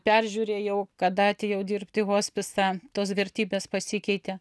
peržiūrėjau kada atėjau dirbt į hospisą tos vertybės pasikeitė